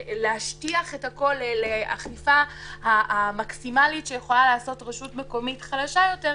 להשטיח את הכול לאכיפה המקסימלית שיכולה לעשות רשות מקומית חלשה יותר,